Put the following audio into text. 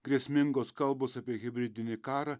grėsmingos kalbos apie hibridinį karą